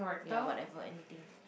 ya whatever anything